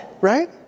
right